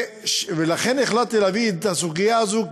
ולכן החלטתי להביא את הסוגיה הזאת,